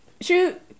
shoot